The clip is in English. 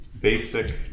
basic